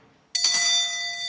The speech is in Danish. Hvad er det,